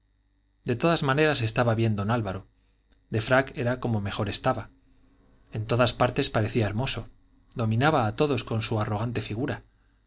de todas maneras estaba bien don álvaro de frac era como mejor estaba en todas partes parecía hermoso dominaba a todos con su arrogante figura